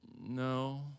no